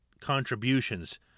contributions